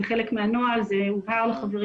זה חלק מהנוהל וזה הובהר לחברים.